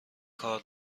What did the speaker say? کار